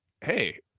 hey